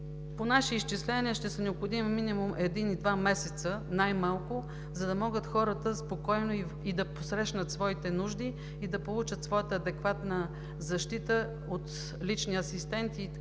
По наши изчисления ще са необходими минимум един-два месеца, за да могат хората спокойно да посрещнат своите нужди и да получат адекватна защита от лични асистенти и така